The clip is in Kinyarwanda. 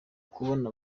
kubona